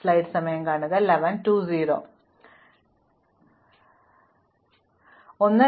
അതിനാൽ നമുക്ക് മറ്റൊരു പ്രാതിനിധ്യത്തെക്കുറിച്ച് ചിന്തിക്കാം അവിടെ പ്രസക്തമായ വിവരങ്ങൾ മാത്രം ഞങ്ങൾ സൂക്ഷിക്കുന്നു